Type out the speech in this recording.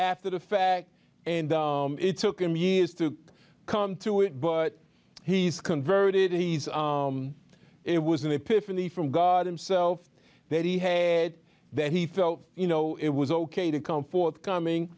after the fact and it took him years to come to it but he's converted he's it was an epiphany from god himself that he had that he felt you know it was ok to come forth coming